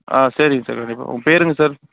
ஆ சரிங்க சார் கண்டிப்பாக உங்கள் பேருங்க சார்